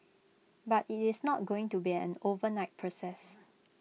but IT is not going to be an overnight process